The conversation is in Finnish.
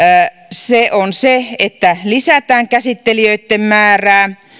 se on se että lisätään käsittelijöitten määrää